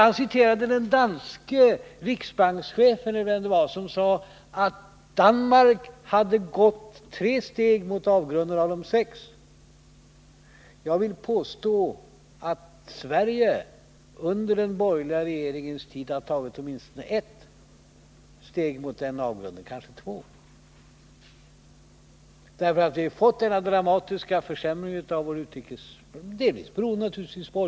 Han citerade den danske riksbankschefen -— eller vem det var — som sade att Danmark hade gått tre steg mot avgrunden av de sex. Jag vill påstå att Sverige under den borgerliga regeringens tid har tagit åtminstone ett steg mot avgrunden, kanske två. Vi har fått denna dramatiska försämring av vår utrikeshandelsbalans.